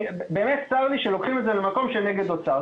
צר לי שלוקחים את זה למקום של נגד האוצר.